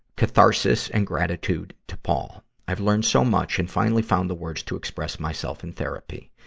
catharsis and gratitude to paul. i've learned so much and finally found the words to express myself in therapy.